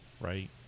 right